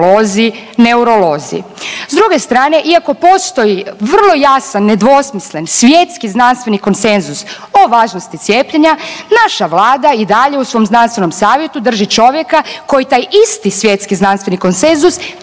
S druge strane iako postoji vrlo jasan nedvosmislen svjetski znanstveni konsenzus o važnosti cijepljenja naša Vlada i dalje u svom znanstvenom savjetu drži čovjeka koji taj isti svjetski znanstveni konsenzus